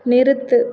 நிறுத்து